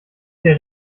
der